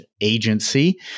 agency